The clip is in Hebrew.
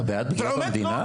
אתה בעד פגיעה במדינה?